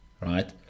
Right